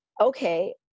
Okay